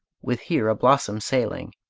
with here a blossom sailing,